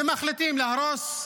ומחליטים להרוס,